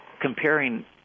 comparing